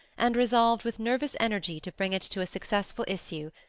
and resolved with nervous energy to bring it to a successful issue,